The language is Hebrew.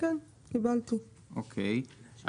אוקי.